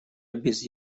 без